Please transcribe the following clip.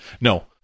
No